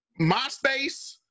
MySpace